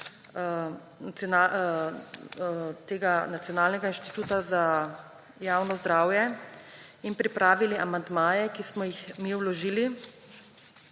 tega Nacionalnega inštituta za javno zdravje in pripravili amandmaje, ki smo jih mi vložili,